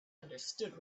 understood